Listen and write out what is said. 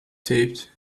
taped